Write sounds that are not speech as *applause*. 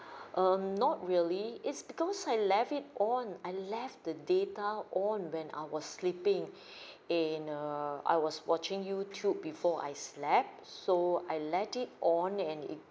*breath* um not really it's because I left it on I left the data on when I was sleeping *breath* and err I was watching youtube before I slept so I let it on it and it